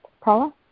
Paula